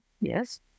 Yes